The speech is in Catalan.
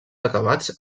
acabats